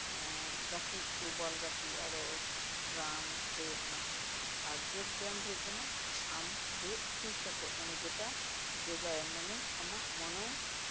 ᱜᱟᱛᱮ ᱠᱚ ᱵᱚᱞ ᱜᱟᱛᱮ ᱠᱚ ᱟᱨᱚ ᱨᱟᱱ ᱫᱟᱹᱲ ᱚᱱᱟᱠᱚ ᱟᱨ ᱡᱳᱜᱽ ᱵᱮᱭᱟᱢ ᱫᱚ ᱦᱩᱭᱩᱜ ᱠᱟᱱᱟ ᱟᱢ ᱫᱩᱲᱩᱵ ᱛᱷᱤᱨ ᱠᱟᱛᱮ ᱡᱮᱴᱟ ᱡᱳᱜᱟᱭᱟᱢ ᱢᱟᱱᱮ ᱟᱢᱟᱜ ᱢᱚᱱᱳ